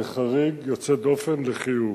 זה חריג ויוצא דופן לחיוב.